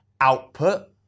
output